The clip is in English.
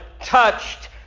touched